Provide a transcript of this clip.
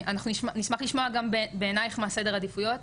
אנחנו נשמח לשמוע גם בעינייך מה סדר העדיפויות,